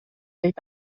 дейт